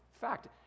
fact